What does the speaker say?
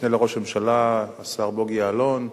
המשנה לראש הממשלה השר בוגי יעלון,